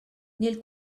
nel